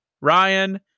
Ryan